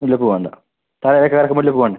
മുല്ലപ്പൂ വേണ്ട തലയിൽ വയ്ക്കാൻ ആർക്കും മുല്ലപ്പൂ വേണ്ടെ